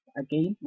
again